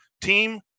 team